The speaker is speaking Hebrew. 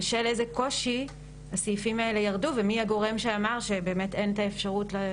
בשל איזה קושי הסעיפים האלה ירדו ומי הגורם שאמר שבאמת אין את האפשרות.